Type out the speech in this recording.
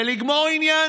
ולגמור עניין.